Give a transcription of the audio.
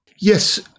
Yes